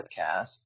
podcast